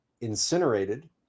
incinerated